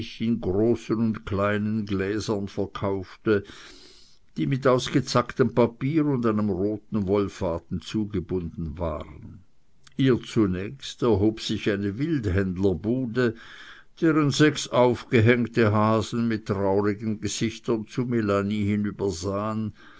in großen und kleinen gläsern verkaufte die mit ausgezacktem papier und einem roten wollfaden zugebunden waren ihr zunächst erhob sich eine wildhändlerbude deren sechs aufgehängte hasen mit traurigen gesichtern zu